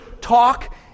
talk